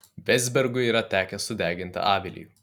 vezbergui yra tekę sudeginti avilį